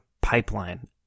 pipeline